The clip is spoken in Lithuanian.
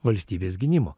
valstybės gynimo